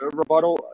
rebuttal